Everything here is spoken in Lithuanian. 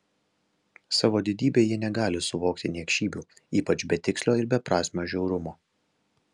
savo didybe jie negali suvokti niekšybių ypač betikslio ir beprasmio žiaurumo